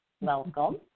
Welcome